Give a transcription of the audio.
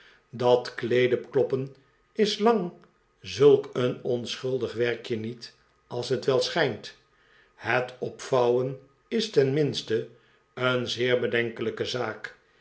dat kleeden kloppen is lang zulk een onschuldig werkje niet als het wel schijnt het opvouwen is ten minste een zeer bedenkelijke zaak